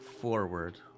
forward